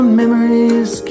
memories